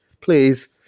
Please